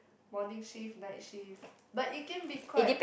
morning shift night shift but it can be quite